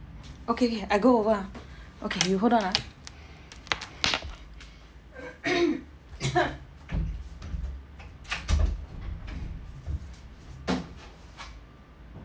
okay okay I go over ah okay you hold on ah